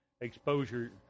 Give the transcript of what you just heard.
exposure